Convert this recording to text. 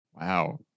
Wow